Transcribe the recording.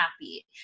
happy